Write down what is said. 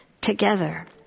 together